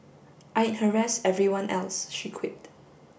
I'd harass everyone else she quipped